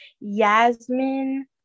Yasmin